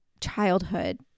childhood